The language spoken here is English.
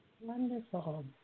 Wonderful